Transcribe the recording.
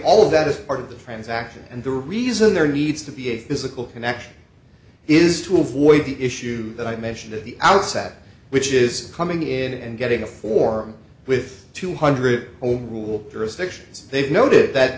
all that is part of the transaction and the reason there needs to be a physical connection is to avoid the issue that i mentioned at the outset which is coming in and getting a form with two hundred overrule jurisdictions they've noted that